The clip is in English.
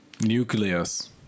Nucleus